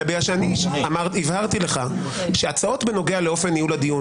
אלא שאני הבהרתי לך שהצעות בנוגע לאופן ניהול הדיון